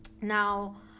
Now